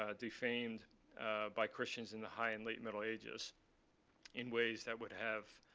ah defamed by christians in the high and late middle ages in ways that would have,